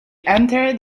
entered